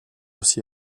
aussi